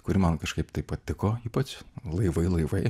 kuri man kažkaip taip patiko ypač laivai laivai